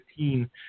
2015